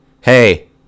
Hey